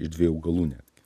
iš dviejų augalų netgi